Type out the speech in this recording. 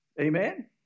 amen